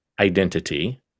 identity